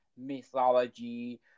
mythology